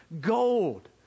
gold